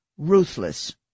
Ruthless